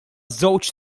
żewġ